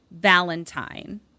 Valentine